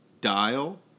dial